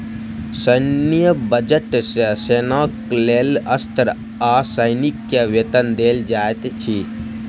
सैन्य बजट सॅ सेनाक लेल अस्त्र आ सैनिक के वेतन देल जाइत अछि